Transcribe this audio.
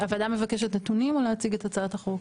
הוועדה מבקשת נתונים או להציג את הצעת החוק?